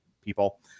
people